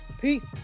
Peace